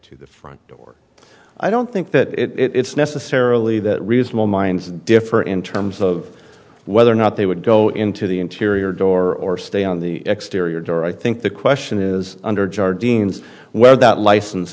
to the front door i don't think that it's necessarily that reasonable minds differ in terms of whether or not they would go into the interior door or stay on the exterior door i think the question is under jar deans where that licen